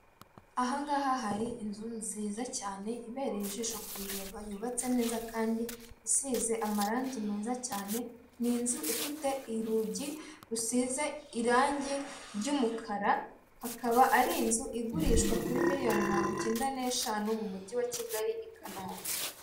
Ahangaha hari inzu nziza cyane, imbere ye ijisho kuyireba, yubatse neza kandi isize amarangi meza cyane, ni inzu ifite urugi rusize irangi ry'umukara, akaba ari inzu igirishwa kuri miliyoni mirongo ikenda n'eshanu, mu mugi wa Kigali, I Kanombe.